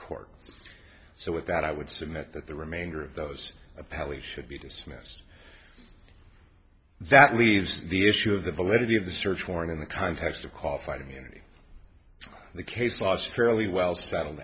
court so with that i would submit that the remainder of those appellee should be dismissed that leaves the issue of the validity of the search warrant in the context of qualified immunity the case last fairly well settled